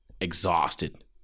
Exhausted